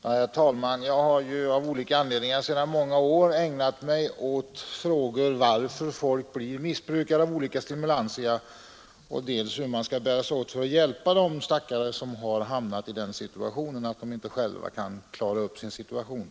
Herr talman! Sedan många år har jag av olika anledningar ägnat mig åt frågan varför människor blir missbrukare av olika stimulantia samt hur man skall kunna hjälpa de stackare som har hamnat i ett läge där de inte själva kan klara upp sin situation.